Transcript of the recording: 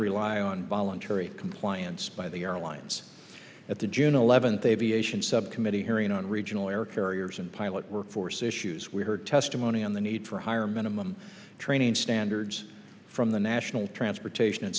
rely on voluntary compliance by the airlines at the june eleventh aviation subcommittee hearing on regional air carriers and pilot workforce issues we heard testimony on the need for higher minimum training standards from the national transportation